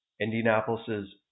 Indianapolis's